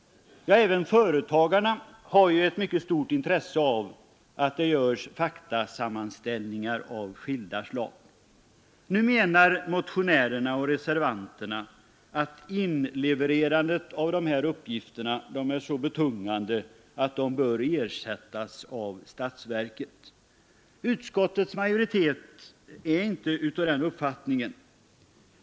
Även företagarna har ett mycket stort intresse av faktasammanställningar av skilda slag. Nu menar motionärerna och reservanterna att inlevererandet av dessa sättning bör utgå från statsverket. uppgifter är så betungande att e Utskottets majoritet är inte av den uppfattningen.